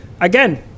again